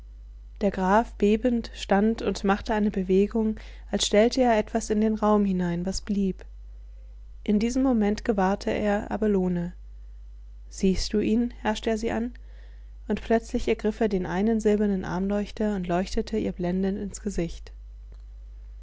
der graf bebend stand und machte eine bewegung als stellte er etwas in den raum hinein was blieb in diesem moment gewahrte er abelone siehst du ihn herrschte er sie an und plötzlich ergriff er den einen silbernen armleuchter und leuchtete ihr blendend ins gesicht